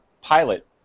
pilot